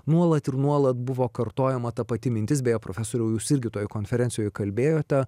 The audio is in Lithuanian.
nuolat ir nuolat buvo kartojama ta pati mintis beje profesoriau jūs irgi toje konferencijoje kalbėjote